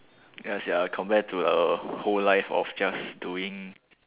yes ya compared to the whole life of just doing